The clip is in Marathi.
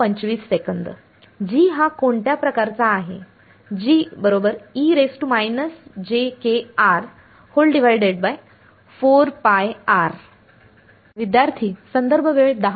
G हा कोणत्या प्रकारचा आहे विद्यार्थी